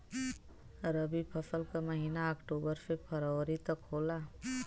रवी फसल क महिना अक्टूबर से फरवरी तक होला